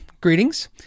Greetings